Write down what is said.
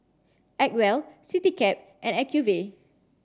Acwell Citycab and Acuvue